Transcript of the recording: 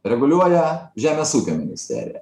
reguliuoja žemės ūkio ministerija